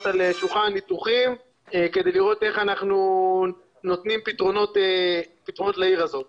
על שולחן הניתוחים כדי לראות איך אנחנו נותנים פתרונות לעיר הזאת.